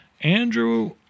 Andrew